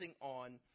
on